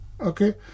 okay